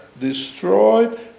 destroyed